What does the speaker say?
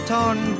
Torn